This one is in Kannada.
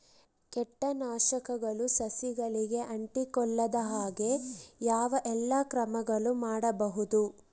ಕೇಟನಾಶಕಗಳು ಸಸಿಗಳಿಗೆ ಅಂಟಿಕೊಳ್ಳದ ಹಾಗೆ ಯಾವ ಎಲ್ಲಾ ಕ್ರಮಗಳು ಮಾಡಬಹುದು?